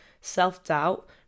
self-doubt